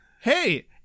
Hey